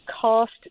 cost